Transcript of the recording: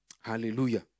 Hallelujah